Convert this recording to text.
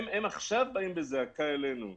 עכשיו הם באים בזעקה אלינו.